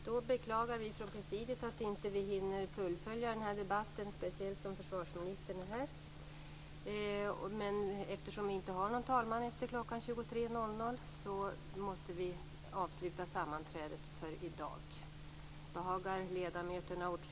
Vi beklagar från presidiet att vi inte hinner fullfölja denna debatt, speciellt då försvarsministern är här. Eftersom vi inte har någon talman efter kl. 23.00 måste vi avsluta sammanträdet för i dag.